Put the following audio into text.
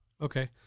Okay